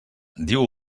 diu